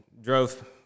drove